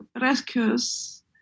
rescues